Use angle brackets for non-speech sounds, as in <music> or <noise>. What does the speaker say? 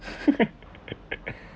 <laughs>